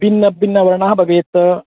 भिन्नभिन्नवर्णः भवेत्